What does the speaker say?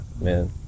man